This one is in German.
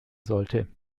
sollte